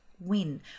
win